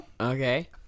okay